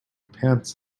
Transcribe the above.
pants